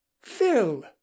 phil